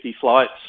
flights